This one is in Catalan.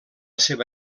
seva